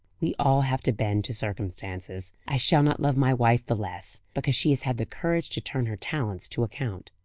we all have to bend to circumstances. i shall not love my wife the less, because she has had the courage to turn her talents to account.